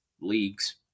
leagues